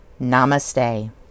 Namaste